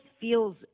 feels